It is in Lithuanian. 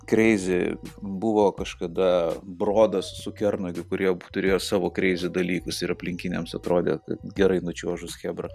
kreizi buvo kažkada brodas su kernagiu kurie turėjo savo kreizi dalykus ir aplinkiniams atrodė gerai nučiuožus chebra